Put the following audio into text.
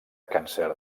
càncer